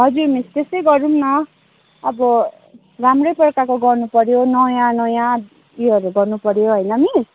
हजुर मिस त्यस्तै गरौँ न अब राम्रै प्रकारको गर्नु पर्यो नयाँ नयाँ ऊ योहरू गर्नु पर्यो होइन मिस